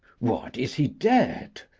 what, is he dead?